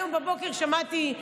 היום בבוקר שמעתי,